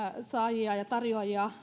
saajia ja tarjoajia